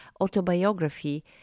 autobiography